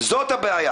זאת הבעיה